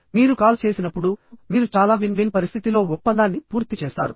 మీరు కాల్ చేసినప్పుడుమీరు చాలా విన్ విన్ పరిస్థితిలో ఒప్పందాన్ని పూర్తి చేస్తారు